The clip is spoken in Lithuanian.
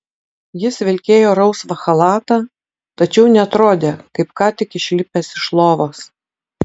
jis vilkėjo rausvą chalatą tačiau neatrodė kaip ką tik išlipęs iš lovos